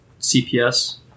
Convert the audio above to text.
CPS